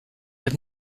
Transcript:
have